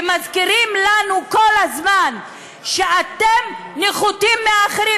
ומזכירים לנו כל הזמן: אתם נחותים מהאחרים.